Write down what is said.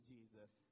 Jesus